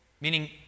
meaning